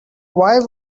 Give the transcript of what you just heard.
why